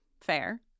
Fair